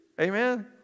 Amen